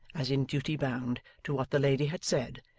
as in duty bound, to what the lady had said,